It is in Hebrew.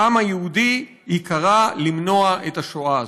העם היהודי ייקרא למנוע את השואה הזאת".